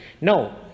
No